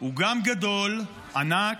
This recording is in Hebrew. הוא גם גדול, ענק,